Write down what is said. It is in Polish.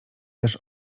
też